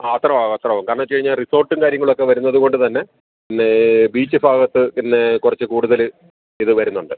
ആ അത്രയാവും അത്രയാവും കാരണച്ച് കഴിഞ്ഞാൽ റിസോട്ടും കാര്യങ്ങളൊക്കെ വരുന്നത് കൊണ്ട് തന്നെ നേ ബീച്ച് ഭാഗത്ത് പിന്നെ കുറച്ച് കൂടുതൽ ഇത് വരുന്നുണ്ട്